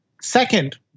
Second